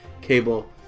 cable